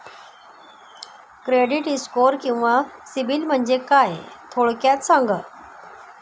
Credit score किंवा CIBIL म्हणजे काय? थोडक्यात सांगा